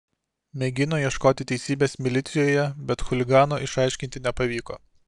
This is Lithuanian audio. mėgino ieškoti teisybės milicijoje bet chuligano išaiškinti nepavyko